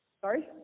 sorry